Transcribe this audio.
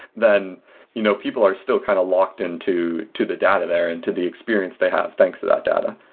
then you know people are still kind of locked in to to the data there and to the experience they have, thanks to that data.